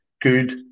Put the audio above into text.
good